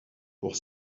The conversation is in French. pour